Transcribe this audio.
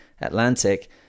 Atlantic